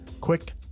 quick